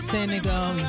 Senegal